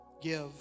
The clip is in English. give